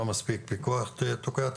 לא מספיק פיקוח תוקע תכנון,